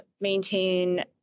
maintain